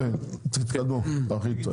הזמנו אנשים רציניים.